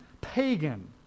pagan